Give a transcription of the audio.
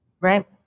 Right